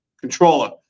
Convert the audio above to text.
controller